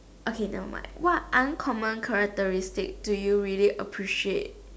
okay never mind what uncommon characteristic do you really appreciate